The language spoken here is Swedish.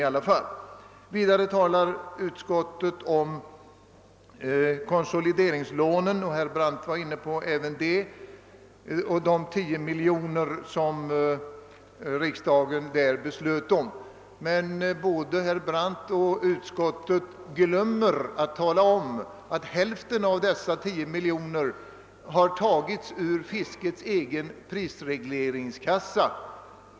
Utskottet talar också om konsolideringslånen, och även herr Brandt var inne på dessa och nämnde de 10 miljoner som riksdagen fattat beslut om. Men både herr Brandt och utskottet glömmer att tala om att hälften av dessa 10 miljoner har tagits ur fiskets egen prisregleringskassa.